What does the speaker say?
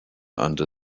under